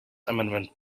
amendment